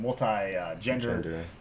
multi-gender